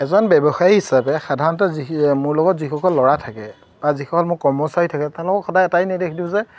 এজন ব্যৱসায়ী হিচাপে সাধাৰণতে যি মোৰ লগত যিসকল ল'ৰা থাকে বা যিসকল মোৰ কৰ্মচাৰী থাকে তেওঁলোকক সদায় এটাই নিৰ্দেশ দিওঁ যে